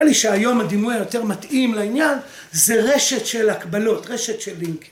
אני חושב לי שהיום הדימוי היותר מתאים לעניין זה רשת של הקבלות, רשת של לינק.